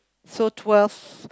so twelve